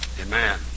Amen